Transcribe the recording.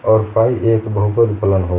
और फाइ एक बहुपद फलन होगा